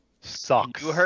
sucks